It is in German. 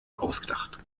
ausgedacht